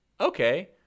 okay